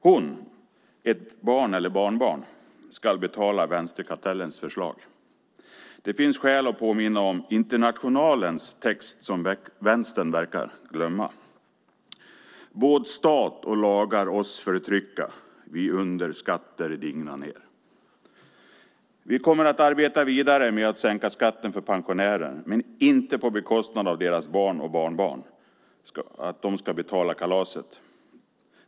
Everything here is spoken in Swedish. Hon, ett barn eller barnbarn ska betala vänsterkartellens förslag. Det finns skäl att påminna om Internationalens text som vänstern verkar ha glömt: Båd' stat och lagar oss förtrycka, vi under skatter digna ner. Vi kommer att arbeta vidare med att sänka skatten för pensionärer men inte så att deras barn och barnbarn får betala kalaset.